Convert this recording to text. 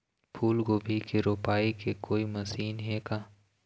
फूलगोभी के रोपाई के कोई मशीन हे का?